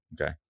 okay